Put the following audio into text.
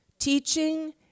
Teaching